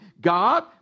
God